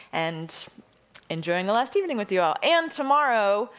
and enjoying the last evening with you all. and tomorrow,